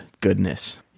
goodness